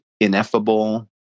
ineffable